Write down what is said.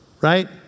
Right